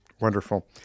Wonderful